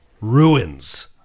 ruins